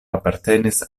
apartenis